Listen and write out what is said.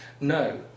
No